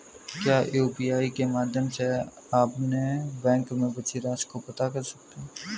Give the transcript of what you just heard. क्या यू.पी.आई के माध्यम से अपने बैंक में बची राशि को पता कर सकते हैं?